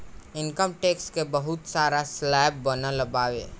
income tax के बहुत सारा स्लैब बनल बावे